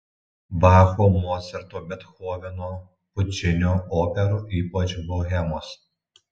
bacho mocarto bethoveno pučinio operų ypač bohemos